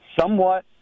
somewhat